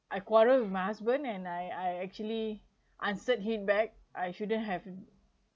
I quarrel with my husband and I I actually answered him back I shouldn't have